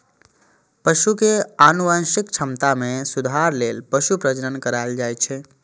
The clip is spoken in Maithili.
पशु के आनुवंशिक क्षमता मे सुधार लेल पशु प्रजनन कराएल जाइ छै